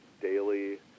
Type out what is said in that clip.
daily